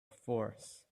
force